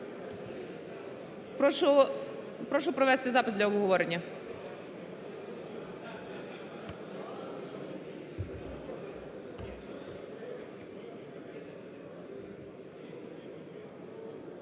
Прошу провести запис для обговорення.